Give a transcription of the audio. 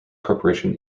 corporation